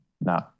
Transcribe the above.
No